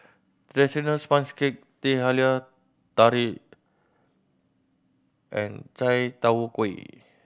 traditional sponge cake Teh Halia Tarik and chai tow kway